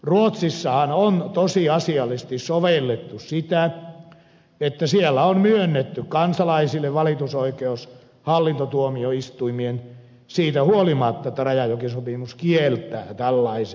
ruotsissahan on tosiasiallisesti sovellettu sitä että siellä on myönnetty kansalaisille valitusoikeus hallintotuomioistuimiin siitä huolimatta että rajajokisopimus kieltää tällaisen